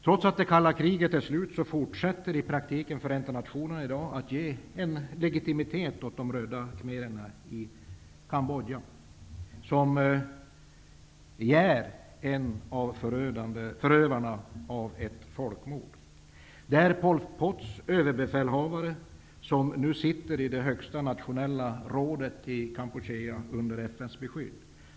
Trots att det kalla kriget är slut fortsätter i praktiken Förenta nationerna i dag att ge en legitimitet åt de röda khmererna i Kambodja, som tillhör förövarna av ett folkmord. Pol Pots överbefälhavare sitter nu i det högsta nationella rådet i Kambodja, under FN:s beskydd.